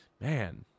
man